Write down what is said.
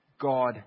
God